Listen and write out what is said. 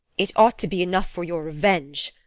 it ought to be enough for your revenge